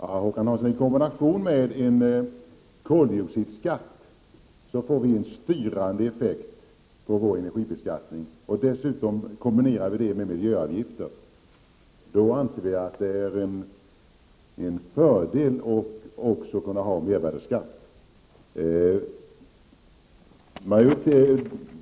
Fru talman! Håkan Hansson, i kombination med en koldioxidskatt åstadkoms en styrande effekt på energibeskattningen. Dessutom vill vi moderater kombinera detta med miljöavgifter. Då anser vi att det är en fördel att också kunna ha mervärdeskatt.